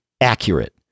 accurate